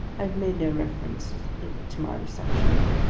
have made no reference to my reception,